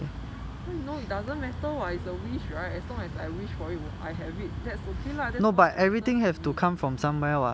how I know it doesn't matter [what] is a wish right as long as I wish for it I have it that's okay lah that's all that matters to me